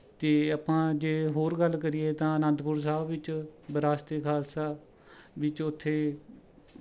ਅਤੇ ਆਪਾਂ ਜੇ ਹੋਰ ਗੱਲ ਕਰੀਏ ਤਾਂ ਅਨੰਦਪੁਰ ਸਾਹਿਬ ਵਿੱਚ ਵਿਰਾਸਤ ਏ ਖਾਲਸਾ ਵਿੱਚ ਉੱਥੇ